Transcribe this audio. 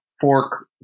fork